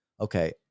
Okay